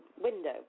window